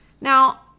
Now